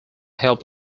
helped